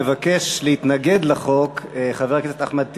מבקש להתנגד לחוק חבר הכנסת אחמד טיבי,